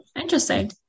interesting